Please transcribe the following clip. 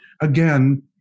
Again